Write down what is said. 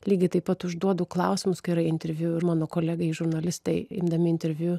lygiai taip pat užduodu klausimus kai yra interviu ir mano kolegai žurnalistai imdami interviu